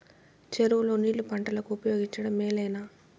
చెరువు లో నీళ్లు పంటలకు ఉపయోగించడం మేలేనా?